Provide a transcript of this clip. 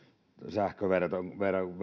sähköverkon